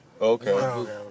Okay